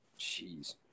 Jeez